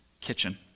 kitchen